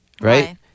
Right